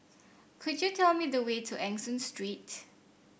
could you tell me the way to Eng Soon Street